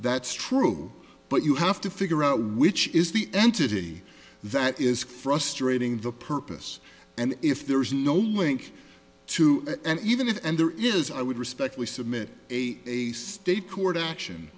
that's true but you have to figure out which is the entity that is frustrating the purpose and if there is no link to it and even if and there is i would respectfully submit a state court action